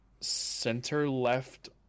center-left